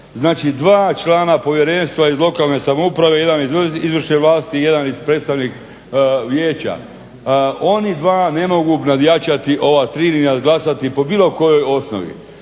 znači 2 člana povjerenstva iz lokalne samouprave, 1 iz izvršne vlasti i 1 predstavnik vijeća. Oni dva ne mogu nadjačati ova tri ni nadglasati po bilo kojoj osnovi.